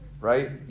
right